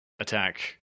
attack